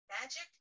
magic